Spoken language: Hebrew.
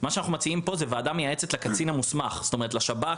אנחנו מציעים פה זו ועדה מייעצת לקצין המוסמך זאת אומרת לשב"כ,